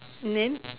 and then